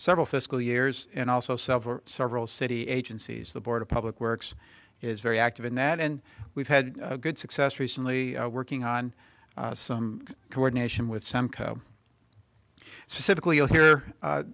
several fiscal years and also several several city agencies the board of public works is very active in that and we've had good success recently working on some coordination with some co specifically you'll hear